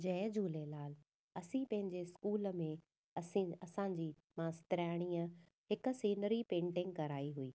जय झूलेलाल असीं पंहिंजे स्कूल में असिनि असांजी मास्तरियाणीअ हिक सीनरी पेंटिंग कराई हुई